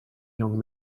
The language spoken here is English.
young